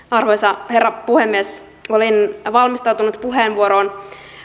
arvoisa herra puhemies olin valmistautunut puheenvuoroon